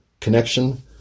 connection